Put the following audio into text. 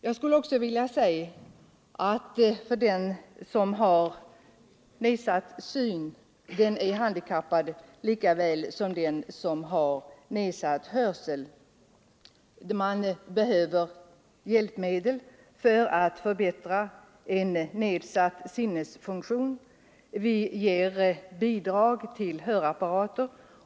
Jag vill tillägga att den som har nedsatt syn är handikappad lika väl som den som har nedsatt hörsel — man behöver hjälpmedel för att förbättra en nedsatt sinnesfunktion. Vi ger bidrag till hörapparater.